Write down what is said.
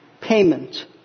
payment